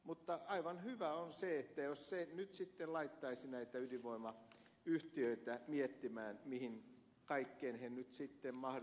mutta aivan hyvä on se jos tämä nyt sitten laittaisi näitä ydinvoimayhtiöitä miettimään mihin kaikkeen ne mahdollisesti joutuvat varautumaan